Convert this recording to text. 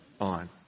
On